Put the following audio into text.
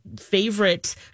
favorite